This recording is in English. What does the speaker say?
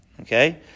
okay